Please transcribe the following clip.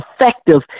effective